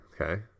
Okay